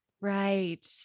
Right